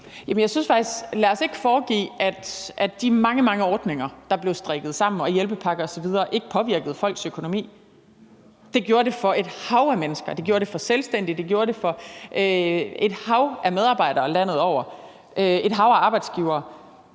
Halsboe-Jørgensen): Lad os ikke foregive, at de mange, mange ordninger, der blev strikket sammen, og hjælpepakker osv., ikke påvirkede folks økonomi. Det gjorde det for et hav af mennesker. Det gjorde det for selvstændige, det gjorde det for et hav af medarbejdere landet over og et hav af arbejdsgivere.